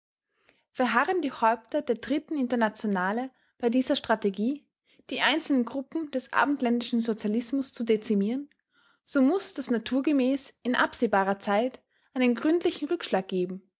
verharren die häupter der dritten internationale bei dieser strategie die einzelnen gruppen des abendländischen sozialismus zu dezimieren so muß das naturgemäß in absehbarer zeit einen gründlichen rückschlag geben